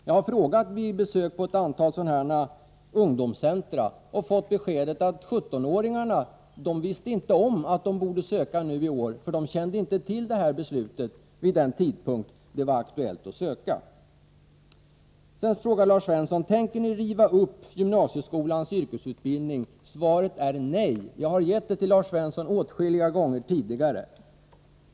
Jag har frågat om detta vid besök på ett antal sådana här ungdomscentra och fått beskedet att 17-åringarna inte visste om att de borde söka nu i år, eftersom de inte kände till detta beslut vid den tidpunkt det var aktuellt att söka. Lars Svensson frågade: Tänker ni riva upp gymnasieskolans yrkesutbildning? Svaret är nej — jag har gett det svaret till Lars Svensson åtskilliga gånger tidigare.